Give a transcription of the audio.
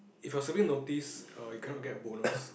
if you're serving notice uh you cannot get a bonus